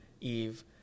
Eve